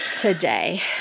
today